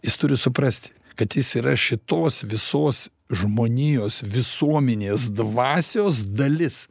jis turi suprasti kad jis yra šitos visos žmonijos visuomenės dvasios dalis